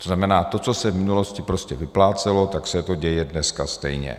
To znamená, to, co se v minulosti prostě vyplácelo, tak se děje dneska stejně.